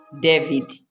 David